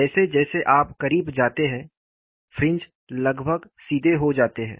जैसे जैसे आप करीब जाते हैं फ्रिंज लगभग सीधे हो जाते हैं